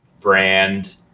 brand